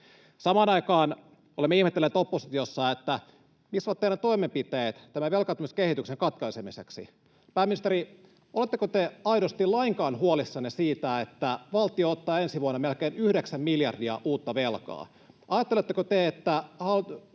Samaan aikaan olemme ihmetelleet oppositiossa, missä ovat teidän toimenpiteenne tämän velkaantumiskehityksen katkaisemiseksi. Pääministeri, oletteko te aidosti lainkaan huolissanne siitä, että valtio ottaa ensi vuonna melkein yhdeksän miljardia uutta velkaa? Ajatteletteko te, että